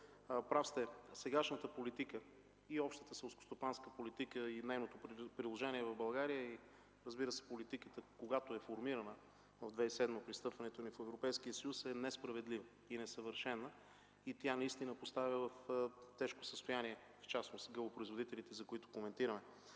Прав сте, сегашната политика и общата селскостопанска политика, нейното приложение в България и, разбира се, политиката, когато е формирана през 2007 г. – при встъпването ни в Европейския съюз, е несправедлива и несъвършена. Тя наистина поставя в тежко състояние, в частност гъбопроизводителите, които коментираме.